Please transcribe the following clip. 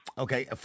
Okay